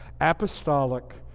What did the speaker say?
apostolic